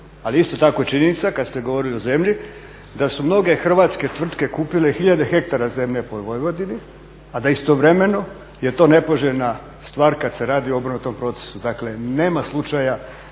Ali je isto tako činjenica kad ste govorili o zemlji da su mnoge hrvatske tvrtke kupile hiljade hektara zemlje po Vojvodini, a da istovremeno je to nepoželjna stvar kad se radi o obrnutom procesu. Dakle, nema slučaja